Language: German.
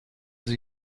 sie